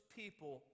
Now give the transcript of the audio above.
people